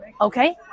Okay